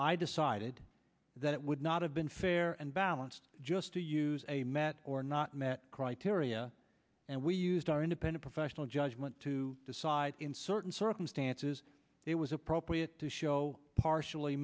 i decided that it would not have been fair and balanced just to use a met or not met criteria and we used our independent professional judgment to decide in certain circumstances it was appropriate to show partially